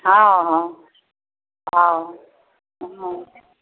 हँ हँ हँ हँ